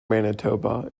manitoba